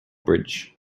bridge